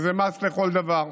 וזה מס לכל דבר.